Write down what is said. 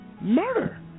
murder